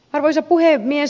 arvoisa puhemies